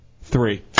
three